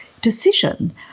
decision